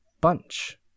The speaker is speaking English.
bunch